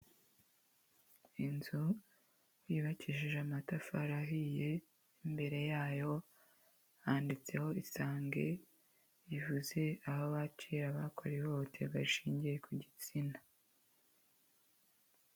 Inzu yubakishije amatafari ahiye, imbere yayo handitseho isange, bivuze aho bakirira abakorewe ihohoterwa rishingiye ku gitsina.